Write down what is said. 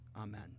Amen